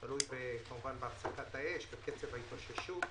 תלוי בהפסקת האש ובקצב ההתאוששות.